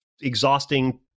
exhausting